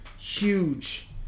Huge